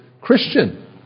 Christian